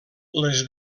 les